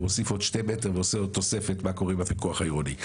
אם הוסיף עוד 2 מטר ועושה עוד תוספת מה קורה עם הפיקוח העירוני.